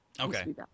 Okay